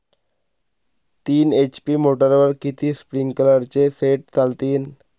तीन एच.पी मोटरवर किती स्प्रिंकलरचे सेट चालतीन?